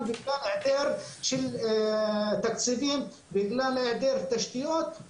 וגם העדר של תקציבים בגלל העדר תשתיות,